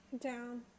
Down